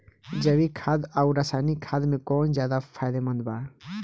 जैविक खाद आउर रसायनिक खाद मे कौन ज्यादा फायदेमंद बा?